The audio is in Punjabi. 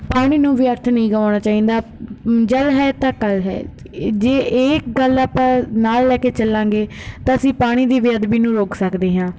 ਪਾਣੀ ਨੂੰ ਵਿਅਰਥ ਨਹੀਂ ਗਵਾਉਣਾ ਚਾਹੀਦਾ ਜਲ ਹੈ ਤਾਂ ਕੱਲ੍ਹ ਹੈ ਜੇ ਇਹ ਗੱਲ ਆਪਾਂ ਨਾਲ ਲੈ ਕੇ ਚੱਲਾਂਗੇ ਤਾਂ ਅਸੀਂ ਪਾਣੀ ਦੀ ਬੇਅਦਬੀ ਨੂੰ ਰੋਕ ਸਕਦੇ ਹਾਂ